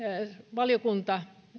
valiokunta